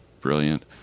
brilliant